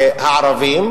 הרווחה.